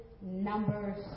number